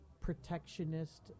protectionist